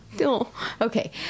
Okay